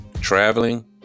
traveling